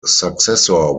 successor